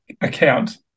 account